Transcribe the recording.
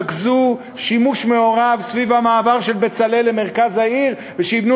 אנחנו בעד שירכזו שימוש מעורב סביב המעבר של "בצלאל" למרכז העיר ושיבנו